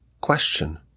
question